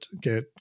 get